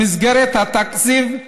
במסגרת התקציב,